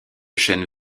chênes